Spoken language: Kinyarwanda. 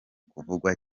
kuvugwa